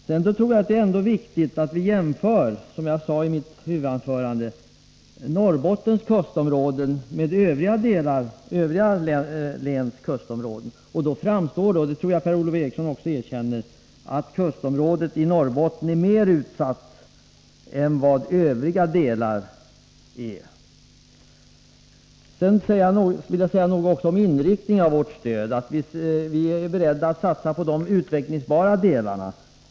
Sedan tror jag att det ändå är viktigt att vi, som jag sade i mitt huvudanförande, jämför Norrbottens kustområde med övriga läns kustområden. Då framgår det — vilket jag tror att Per-Ola Eriksson också erkänner — att kustområdet i Norrbotten är mer utsatt än kustområdena i övriga län. Sedan några ord om inriktningen av vårt stöd. Vi är beredda att satsa på de utvecklingsbara delarna.